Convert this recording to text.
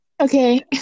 Okay